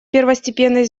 первостепенной